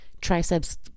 triceps